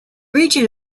region